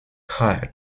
hired